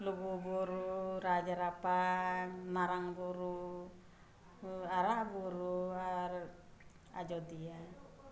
ᱞᱩᱜᱩ ᱵᱩᱨᱩ ᱨᱟᱡᱽ ᱨᱟᱯᱯᱟ ᱢᱟᱨᱟᱝ ᱵᱩᱨᱩ ᱟᱨᱟᱜ ᱵᱩᱨᱩ ᱟᱨ ᱟᱡᱚᱫᱤᱭᱟᱹ